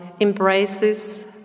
embraces